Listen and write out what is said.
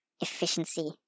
efficiency